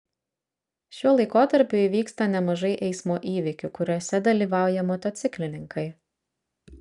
šiuo laikotarpiu įvyksta nemažai eismo įvykių kuriuose dalyvauja motociklininkai